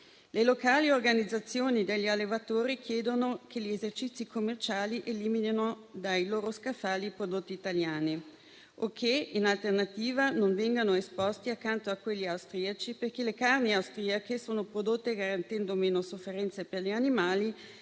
Le locali organizzazioni degli allevatori chiedono che gli esercizi commerciali eliminino dai loro scaffali prodotti italiani o che, in alternativa, non vengano esposti accanto a quegli austriaci, perché le carni austriache sono prodotte garantendo meno sofferenze per gli animali